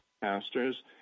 pastors